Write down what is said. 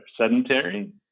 sedentary